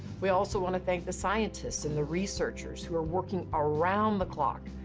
we also want to thank the scientists and the researchers who are working around the clock.